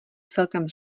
celkem